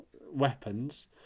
weapons